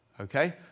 Okay